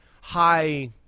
high